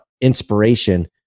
inspiration